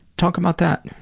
talk about that.